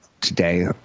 today